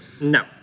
no